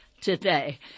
Today